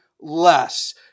less